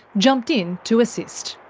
jumped in to assist.